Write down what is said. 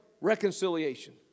reconciliation